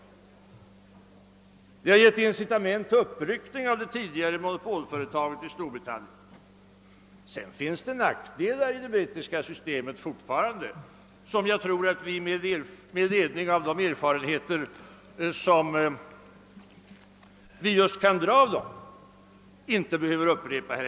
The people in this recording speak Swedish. En annan är incitament till uppryckning av det tidigare monopolföretaget i Storbritannien. Det finns fortfarande nackdelar i det brittiska systemet, men dessa tror jag vi kan undvika här hemma genom att dra lärdom av erfarenheterna i England.